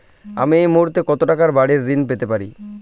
আমি এই মুহূর্তে কত টাকা বাড়ীর ঋণ পেতে পারি?